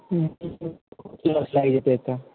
समस्तीपुरके लऽ जेतै एतऽसँ